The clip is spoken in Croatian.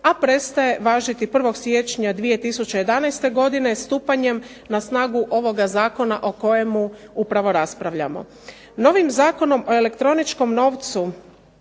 a prestaje važiti 1. siječnja 2011. godine stupanjem na snagu ovoga Zakona o kojemu upravo raspravljamo. Novim Zakonom o elektroničkom novcu,